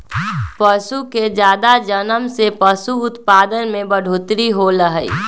पशु के जादा जनम से पशु उत्पाद में बढ़ोतरी होलई ह